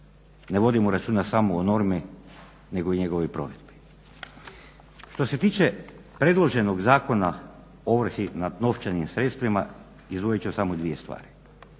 ne vodimo računa samo o normi nego i njegovoj provedbi. Što se tiče predloženog Zakona ovrhe nad novčanim sredstvima izdvojit ću samo dvije stvari.